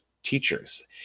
teachers